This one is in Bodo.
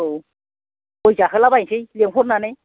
औ गय जाहोला बायनोसै लिंहरनानै